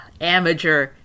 amateur